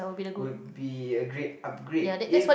would be a great upgrade if